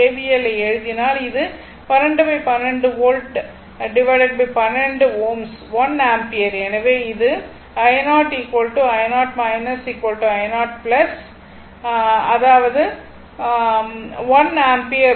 L எழுதினால் இது 1212 volt 12 Ω 1 ampere எனவே இது i0 i0 i0 அதாவது 1 ஆம்பியர் ஆகும்